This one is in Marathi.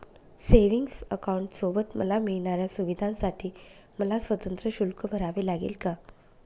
सेविंग्स अकाउंटसोबत मला मिळणाऱ्या सुविधांसाठी मला स्वतंत्र शुल्क भरावे लागेल का?